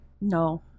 No